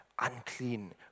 unclean